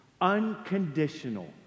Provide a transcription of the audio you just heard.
Unconditional